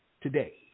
today